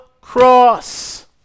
cross